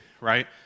right